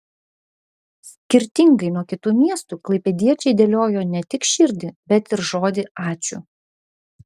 skirtingai nuo kitų miestų klaipėdiečiai dėliojo ne tik širdį bet ir žodį ačiū